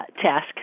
task